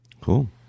Cool